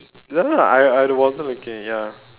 ya lah I I wasn't looking ya